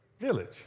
village